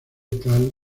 tal